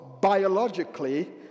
biologically